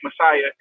Messiah